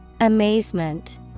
Amazement